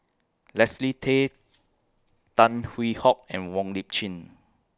Leslie Tay Tan Hwee Hock and Wong Lip Chin